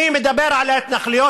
אני מדבר על ההתנחלויות,